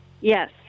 Yes